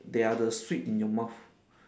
they are the sweet in your mouth